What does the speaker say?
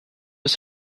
was